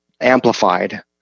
amplified